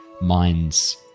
minds